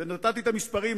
ונתתי את המספרים,